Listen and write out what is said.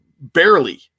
barely